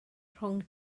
rhwng